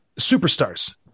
superstars